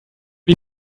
die